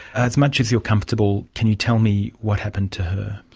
as much as you are comfortable, can you tell me what happened to her?